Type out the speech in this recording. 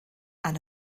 and